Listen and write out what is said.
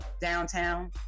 downtown